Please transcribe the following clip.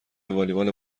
والیبال